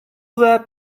that